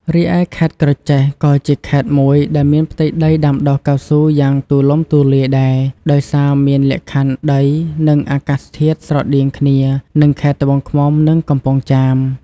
រីឯខេត្តក្រចេះក៏ជាខេត្តមួយដែលមានផ្ទៃដីដាំដុះកៅស៊ូយ៉ាងទូលំទូលាយដែរ ដោយសារមានលក្ខខណ្ឌដី និងអាកាសធាតុស្រដៀងគ្នានឹងខេត្តត្បូងឃ្មុំ និងកំពង់ចាម។